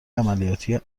عملیاتی